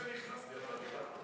נדמה לי שכשנכנסתי אתה דיברת.